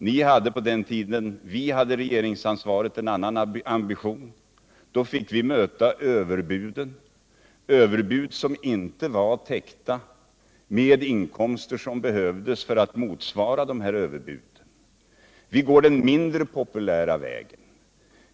Ni hade på den tiden när vi hade regeringsansvaret en annan ambition. Då fick vi möta överbuden, överbud som inte var täckta med de inkomster som behövdes för att motsvara dem. Vi går den mindre populära vägen.